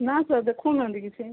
ନା ସାର୍ ଦେଖଉ ନାହାନ୍ତି କିଛି